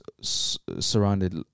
surrounded